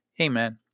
Amen